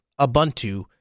Ubuntu